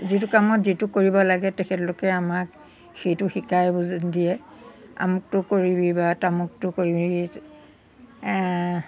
যিটো কামত যিটো কৰিব লাগে তেখেতলোকে আমাক সেইটো শিকাই বুজাই দিয়ে আমুকটো কৰিবি বা তামুকটো কৰিবি